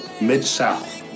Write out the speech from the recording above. Mid-South